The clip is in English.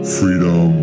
freedom